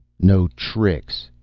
no tricks,